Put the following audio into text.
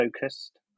focused